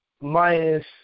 minus